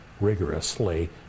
rigorously